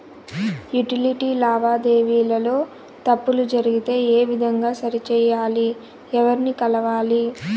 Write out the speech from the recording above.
Utility లావాదేవీల లో తప్పులు జరిగితే ఏ విధంగా సరిచెయ్యాలి? ఎవర్ని కలవాలి?